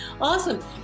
awesome